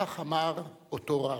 כך אמר אותו רב.